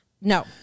No